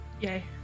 yay